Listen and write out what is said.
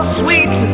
sweet